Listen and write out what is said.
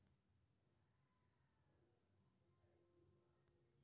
payroll कें company द्वारा कर्मचारी कें देल जाय बला वेतन के रूप मे परिभाषित कैल जाइ छै